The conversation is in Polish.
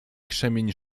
krzemień